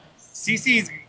CC's